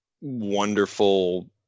wonderful